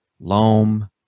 loam